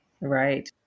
right